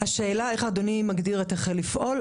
השאלה היא איך אדוני מגדיר את "החל לפעול"?